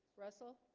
russell